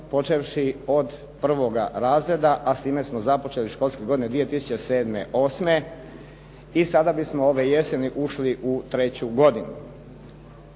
počevši od prvoga razreda a s time smo započeli školske godine 2007./'08. i sada bismo ove jeseni ušli u treću godinu.